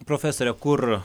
profesore kur